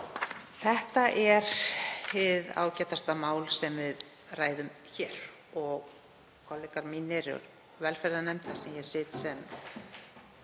Þetta er hið ágætasta mál sem við ræðum hér og kollegar mínir í velferðarnefnd, sem ég sit í sem